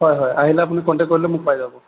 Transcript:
হয় হয় আহিলে আপুনি কণ্টেক কৰিলে মোক পাই যাব